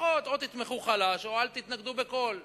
לפחות תתמכו חלש או שלא תתנגדו בקול.